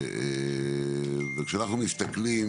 וכשאנחנו מסתכלים,